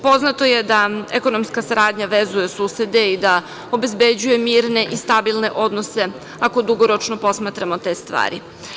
Poznato je da ekonomska saradnja vezuje susede i da obezbeđuje mirne i stabilne odnose ako dugoročno posmatramo te stvari.